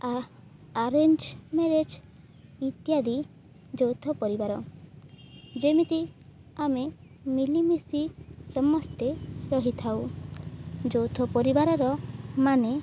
ଆ arrange marriage ଇତ୍ୟାଦି ଯୌଥ ପରିବାର ଯେମିତି ଆମେ ମିଳିମିଶି ସମସ୍ତେ ରହିଥାଉ ଯୌଥ ପରିବାରର ମାନେ